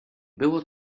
było